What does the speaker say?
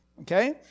Okay